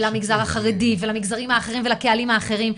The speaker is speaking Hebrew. ולמגזר החרדי ולמגזרים האחרים ולקהלים האחרים,